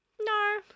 No